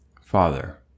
Father